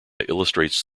illustrates